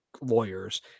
lawyers